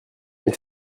mais